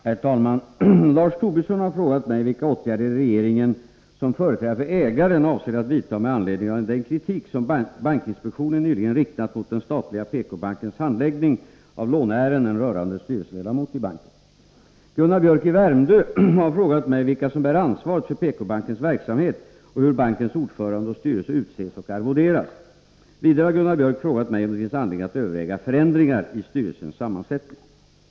Herr talman! Lars Tobisson har frågat mig vilka åtgärder regeringen som företrädare för ägaren avser att vidta med anledning av den kritik som bankinspektionen nyligen riktat mot den statliga PK-bankens handläggning av låneärenden rörande styrelseledamot i banken. Gunnar Biörck i Värmdö har frågat mig vilka som bär ansvaret för PK-bankens verksamhet och hur bankens ordförande och styrelse utses och arvoderas. Vidare har Gunnar Biörck frågat mig om det finns anledning att överväga förändringar i styrelsens sammansättning.